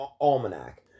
Almanac